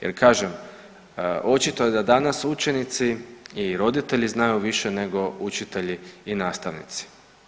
Jer kažem, očito je da danas učenici i roditelji znaju više nego učitelji i nastavnici.